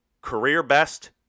career-best